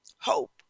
Hope